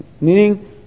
Meaning